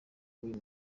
b’uyu